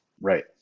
right